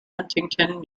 huntington